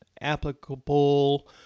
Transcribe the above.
applicable